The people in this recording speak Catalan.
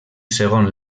segon